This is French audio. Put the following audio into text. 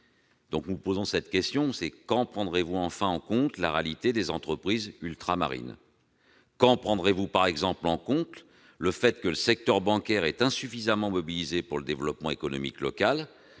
moins pertinente de l'action publique. Quand prendrez-vous enfin en compte la réalité des entreprises ultramarines ? Quand prendrez-vous en compte le fait que le secteur bancaire est insuffisamment mobilisé pour le développement économique local,